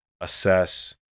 assess